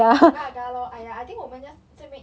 agar agar lor !aiya! I think 我们 just 就 make